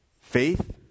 faith